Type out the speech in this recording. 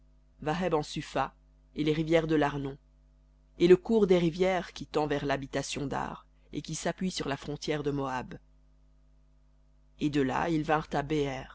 et les rivières de larnon et le cours des rivières qui tend vers l'habitation d'ar et qui s'appuie sur la frontière de moab v ou